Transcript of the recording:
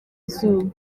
izuba